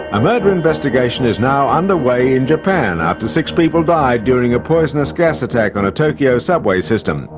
a murder investigation is now underway in japan after six people died during a poisonous gas attack on a tokyo subway system.